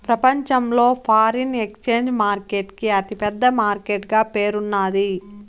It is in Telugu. ప్రపంచంలో ఫారిన్ ఎక్సేంజ్ మార్కెట్ కి అతి పెద్ద మార్కెట్ గా పేరున్నాది